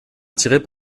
attirés